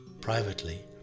Privately